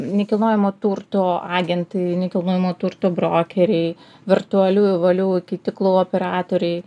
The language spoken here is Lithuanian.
nekilnojamo turto agentai nekilnojamo turto brokeriai virtualiųjų valių keityklų operatoriai